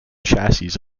chassis